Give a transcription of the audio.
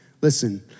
Listen